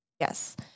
yes